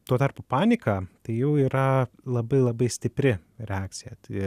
tuo tarpu panika tai jau yra labai labai stipri reakcija tai